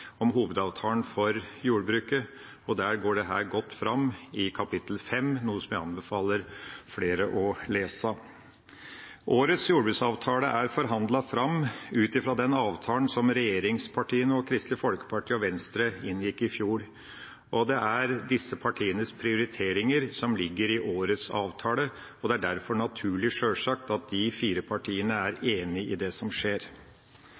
for jordbruket. Der går dette godt fram i kapittel 5, som jeg anbefaler flere å lese. Årets jordbruksavtale er forhandlet fram ut fra den avtalen som regjeringspartiene og Kristelig Folkeparti og Venstre inngikk i fjor. Det er disse partienes prioriteringer som ligger i årets avtale. Det er derfor sjølsagt naturlig at de fire partiene er enige om det som skjer.